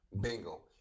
Bingo